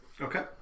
Okay